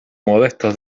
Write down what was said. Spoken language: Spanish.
modesto